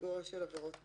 קטגוריה של עבירות ביטחון.